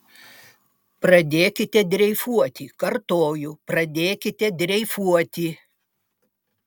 pradėkite dreifuoti kartoju pradėkite dreifuoti